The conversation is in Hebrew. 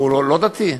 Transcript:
או לא דתי?